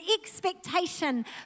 expectation